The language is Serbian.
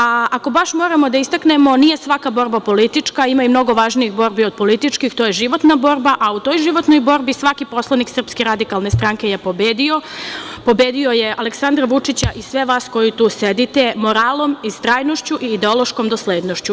Ako baš moramo da istaknemo, nije svaka borba politička, ima i mnogo važnijih borbi od političkih, to je životna borba, a u toj životnoj borbi svaki poslanik SRS je pobedio, pobedio je Aleksandra Vučića i sve vas koji tu sedite, moralom, istrajnošću i ideološkom doslednošću.